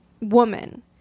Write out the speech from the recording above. woman